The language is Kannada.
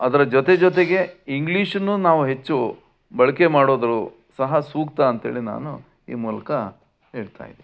ಅದರ ಜೊತೆ ಜೊತೆಗೆ ಇಂಗ್ಲೀಷನ್ನು ನಾವು ಹೆಚ್ಚು ಬಳಕೆ ಮಾಡೋದು ಸಹ ಸೂಕ್ತ ಅಂತೇಳಿ ನಾನು ಈ ಮೂಲಕ ಹೇಳ್ತಾ ಇದೀನಿ